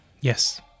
Yes